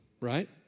right